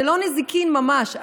זה לא נזיקין ממש,